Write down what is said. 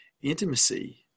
intimacy